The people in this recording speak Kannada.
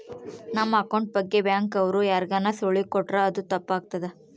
ನಮ್ ಅಕೌಂಟ್ ಬಗ್ಗೆ ಬ್ಯಾಂಕ್ ಅವ್ರು ಯಾರ್ಗಾನ ಸುಳಿವು ಕೊಟ್ರ ಅದು ತಪ್ ಆಗ್ತದ